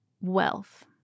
wealth